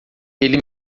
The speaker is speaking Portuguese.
ele